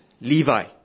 Levi